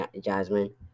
jasmine